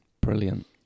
Brilliant